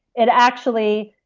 it actually.